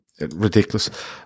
ridiculous